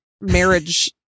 marriage